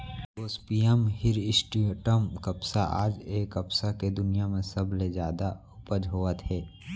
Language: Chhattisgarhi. गोसिपीयम हिरस्यूटॅम कपसा आज ए कपसा के दुनिया म सबले जादा उपज होवत हे